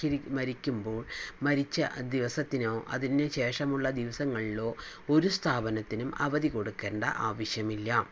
മരിച്ചിരി മരിക്കുമ്പോൾ മരിച്ച ദിവസത്തിനോ അതിന് ശേഷമുള്ള ദിവസങ്ങളിലോ ഒരു സ്ഥാപനത്തിനും അവധി കൊടുക്കണ്ട ആവശ്യം ഇല്ല